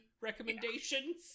recommendations